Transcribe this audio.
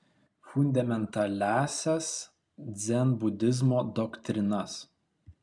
fundamentaliąsias dzenbudizmo doktrinas